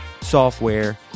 software